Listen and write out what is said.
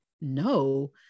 no